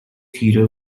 تیره